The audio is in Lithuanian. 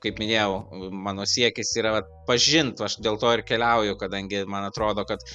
kaip minėjau mano siekis yra pažint aš dėl to ir keliauju kadangi man atrodo kad